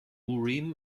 urim